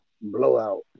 Blowout